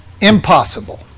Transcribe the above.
Impossible